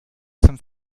some